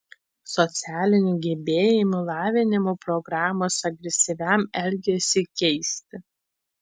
socialinių gebėjimų lavinimo programos agresyviam elgesiui keisti